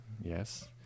yes